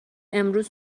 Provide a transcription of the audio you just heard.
امروز